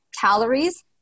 calories